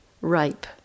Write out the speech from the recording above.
ripe